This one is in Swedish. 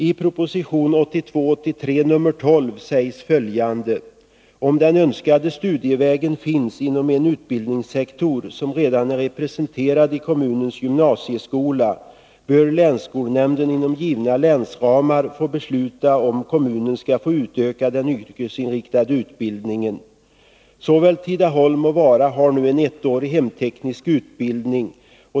I proposition 1982/83:12 sägs följande: ”Om den önskade studievägen finns inom en utbildningssektor som redan är representerad i kommunens gymnasieskola bör länsskolnämnden inom givna länsramar få besluta om kommunen skall få utöka den yrkesinriktade utbildningen.” Såväl Tidaholm som Vara har nu en ettårig hemteknisk utbildning.